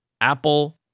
Apple